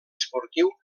esportiu